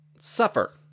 suffer